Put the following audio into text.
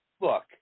look